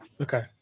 Okay